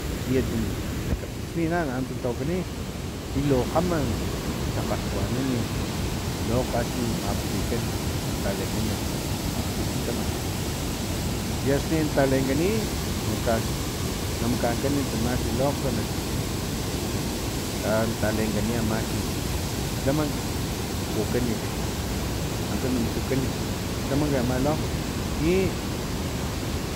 Xa tiat lakapiksni nana nnuntsa lhawakani i lo kgama takgalhwanan lokg axni mapupikan eso talenkan e akgtimi tlamank i axni talenkani nakax na makankani tsama lokg nak nak lha talenkani amalhi tlamank na mujukan antsa na mujukan nak tlamank ama lokg i